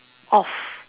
off